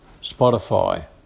Spotify